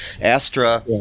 Astra